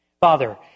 Father